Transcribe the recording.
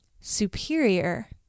superior